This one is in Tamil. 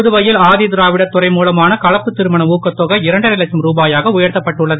புதுவையில் ஆதிதிராவிடர் துறை மூலமான கலப்புத்திருமண ஊக்கத்தொகை இரண்டரை லட்சம் ருபாயாக உயர்த்தப்பட்டுள்ளது